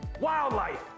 wildlife